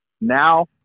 Now